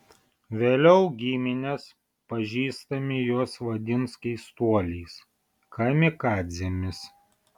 vėliau giminės pažįstami juos vadins keistuoliais kamikadzėmis